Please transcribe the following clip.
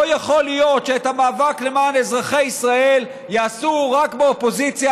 לא יכול להיות שאת המאבק למען אזרחי ישראל יעשו רק באופוזיציה,